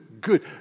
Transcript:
good